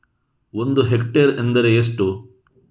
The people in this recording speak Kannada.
ಒಂದು ಹೆಕ್ಟೇರ್ ಎಂದರೆ ಎಷ್ಟು?